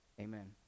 Amen